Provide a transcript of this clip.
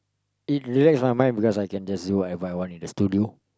it relax my mind because I can just do whatever I want in the studio